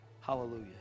Hallelujah